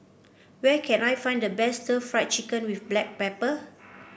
where can I find the best Stir Fried Chicken with Black Pepper